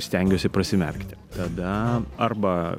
stengiuosi prasimerkti tada arba